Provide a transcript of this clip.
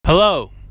Hello